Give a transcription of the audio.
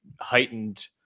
heightened